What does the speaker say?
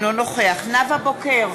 אינו נוכח נאוה בוקר,